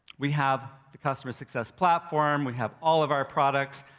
we have the customer success platform. we have all of our products.